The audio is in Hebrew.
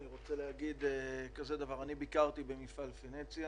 אני רוצה להגיד, אני ביקרתי במפעל "פניציה"